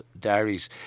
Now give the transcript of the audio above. diaries